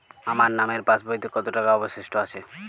আমার নামের পাসবইতে কত টাকা অবশিষ্ট আছে?